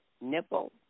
nipple